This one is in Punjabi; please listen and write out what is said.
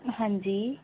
ਹਾਂਜੀ